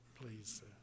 please